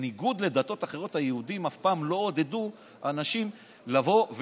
בניגוד לדתות אחרות היהודים אף פעם לא עודדו אנשים להתגייר,